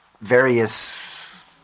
various